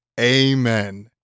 amen